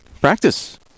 practice